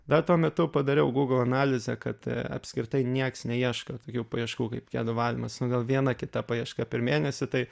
dar tuo metu padariau google analizę kad apskritai nieks neieško tokių paieškų kaip kedų valymas nu gal viena kita paieška per mėnesį tai